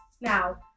Now